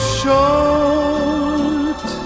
short